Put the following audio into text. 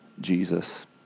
Jesus